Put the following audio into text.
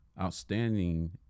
outstanding